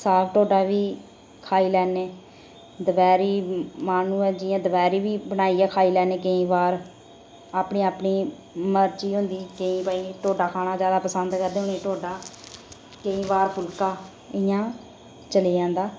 साग ढोडा बी खाई लैने दपैह्रीं मन होऐ ते दपैह्रीं बी बनाइयै खाई लैने केईं बार अपनी अपनी मर्जी होंदी केईं भई ढोडा खाना पसंद करदे उ'नेंगी भई ढोडा केईं बार फुल्का इं'या चली जंदा